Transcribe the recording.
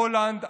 הולנד,